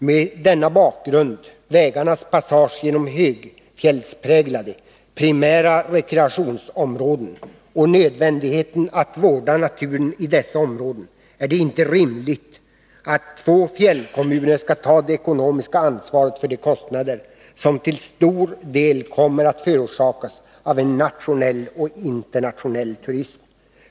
Med denna bakgrund, vägarnas passage genom högfjällspräglade primära rekreationsområden och nödvändigheten av att vårda naturen i dessa områden är det inte rimligt att två fjällkommuner skall ta det ekonomiska ansvaret för de kostnader som till stor del kommer att förorsakas av en nationell och internationell turism.